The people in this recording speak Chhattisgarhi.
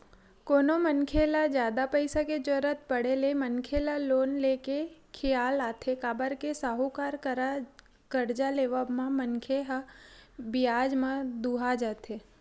कोनो मनखे ल जादा पइसा के जरुरत पड़े ले मनखे ल लोन ले के खियाल आथे काबर के साहूकार करा करजा लेवब म मनखे ह बियाज म दूहा जथे